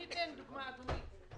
אני אתן דוגמה, אדוני היושב-ראש.